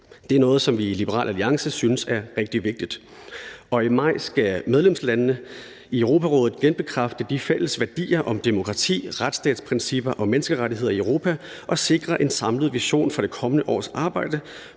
Det er noget, som vi i Liberal Alliance synes er rigtig vigtigt, og i maj skal medlemslandene i Europarådet genbekræfte de fælles værdier om demokrati, retsstatsprincipper og menneskerettigheder i Europa og sikre en samlet vision for det kommende års arbejde